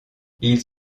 ils